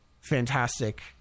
fantastic